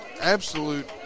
absolute